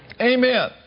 Amen